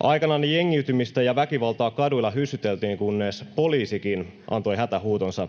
Aikananne jengiytymistä ja väkivaltaa kaduilla hyssyteltiin, kunnes poliisikin antoi hätähuutonsa